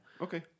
Okay